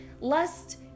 Lust